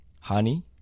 honey